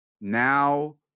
Now